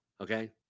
Okay